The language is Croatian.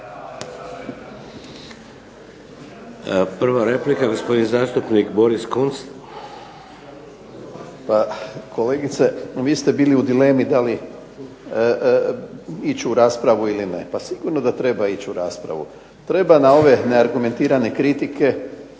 Prva replika, gospodin zastupnik Boris Kunst. **Kunst, Boris (HDZ)** Pa kolegice, vi ste bili u dilemi da li ići u raspravu ili ne. Pa sigurno da treba ići u raspravu. Treba na ove neargumentirane kritike